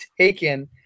taken